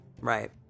right